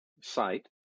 site